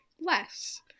less